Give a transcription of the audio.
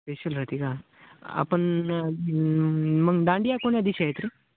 special राहिते का आपण मग दांडिया कोन्या दिवशी आहेत